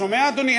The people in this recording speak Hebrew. אתה שומע, אדוני?